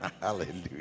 Hallelujah